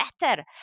better